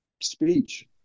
speech